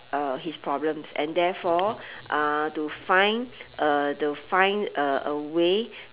uh his problems and therefore uh to find uh to find uh a way